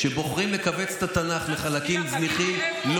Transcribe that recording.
בוחרים לכווץ את התנ"ך לחלקים זניחים,